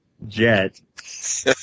jet